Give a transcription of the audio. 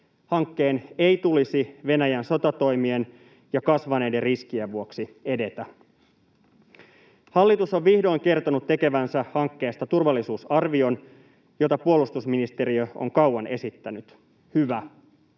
Hankkeen ei tulisi Venäjän sotatoimien ja kasvaneiden riskien vuoksi edetä. Hallitus on vihdoin kertonut tekevänsä hankkeesta turvallisuusarvion, jota puolustusministeriö on kauan esittänyt — hyvä.